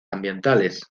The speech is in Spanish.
ambientales